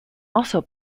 also